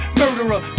murderer